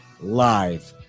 live